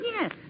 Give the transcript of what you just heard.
yes